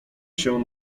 się